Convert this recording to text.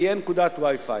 תהיה נקודת Wi-Fi.